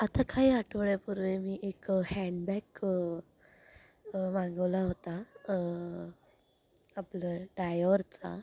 आता काही आठवड्यापूर्वी मी एक हँड बॅग मागवला होता आपलं डायोरचा